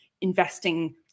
investing